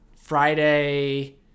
Friday